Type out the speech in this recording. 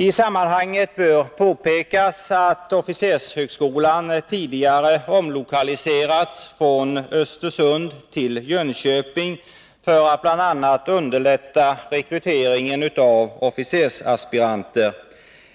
I sammanhanget bör påpekas att officershögskolan tidigare omlokaliserats från Östersund till Jönköping för att bl.a. underlätta rekryteringen av officersaspiranter.